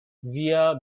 via